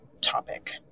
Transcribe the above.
topic